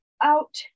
out